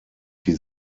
die